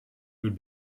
would